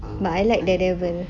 but I like the daredevil